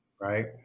right